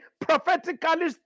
prophetically